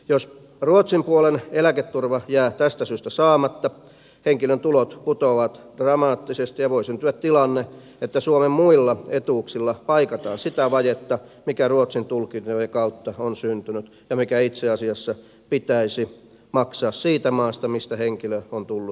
jos ruotsin puolen eläketurva jää tästä syystä saamatta henkilön tulot putoavat dramaattisesti ja voi syntyä tilanne että suomen muilla etuuksilla paikataan sitä vajetta mikä ruotsin tulkintojen kautta on syntynyt ja mikä itse asiassa pitäisi maksaa siitä maasta mistä henkilö on tullut suomeen